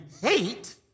hate